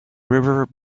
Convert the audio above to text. river